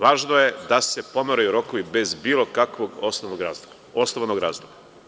Važno je da se pomeraju rokovi bez bilo kakvog osnovanog razloga.